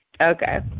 Okay